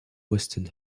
western